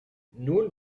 nun